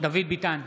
דוד ביטן,